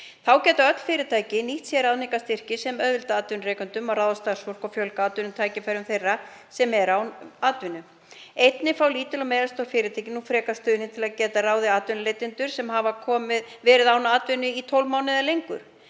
Þá gætu öll fyrirtæki nýtt sér ráðningarstyrki sem auðvelda atvinnurekendum að ráða starfsfólk og fjölga atvinnutækifærum þeirra sem eru án atvinnu. Einnig fá lítil og meðalstór fyrirtæki nú frekar stuðning til að geta ráðið atvinnuleitendur sem verið hafa án atvinnu í 12 mánuði eða lengur.